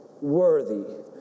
worthy